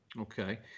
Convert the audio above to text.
Okay